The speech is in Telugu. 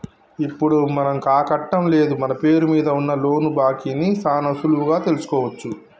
ఇప్పుడు మనకాకట్టం లేదు మన పేరు మీద ఉన్న లోను బాకీ ని సాన సులువుగా తెలుసుకోవచ్చు